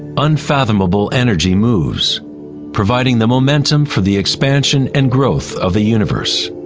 unfathomable energy moves providing the momentum for the expansion and growth of the universe.